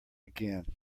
again